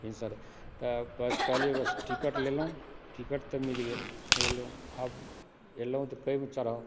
भिनसरे तऽ कहलियै बस टिकट लेलहुँ टिकट तऽ मिल गेल एलहुँ आब एलहुँ तऽ कएमे चढ़ब